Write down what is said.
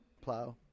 plow